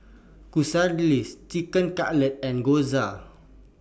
Quesadillas Chicken Cutlet and Gyoza